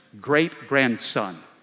great-grandson